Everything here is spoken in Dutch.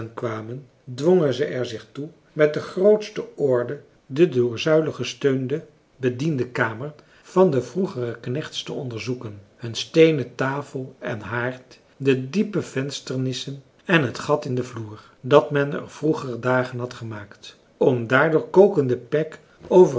kwamen dwongen ze er zich toe met de grootste orde de door zuilen gesteunde bediendenkamer van de vroegere knechts te onderzoeken hun steenen tafel en haard de diepe vensternissen en het gat in den vloer dat men er in vroeger dagen had gemaakt om daardoor kokende pik over